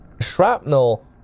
shrapnel